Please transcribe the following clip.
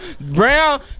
Brown